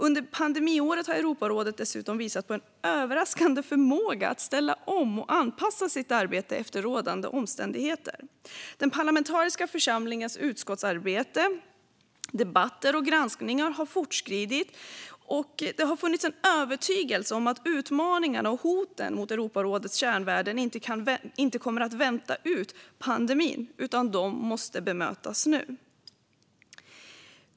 Under pandemiåret har Europarådet dessutom visat på en överraskande förmåga att ställa om och anpassa sitt arbete efter rådande omständigheter. Den parlamentariska församlingens utskottsarbete, debatter och granskningar har fortskridit, och det har funnits en övertygelse om att utmaningarna och hoten mot Europarådets kärnvärden inte kommer att vänta ut pandemin. De måste bemötas nu.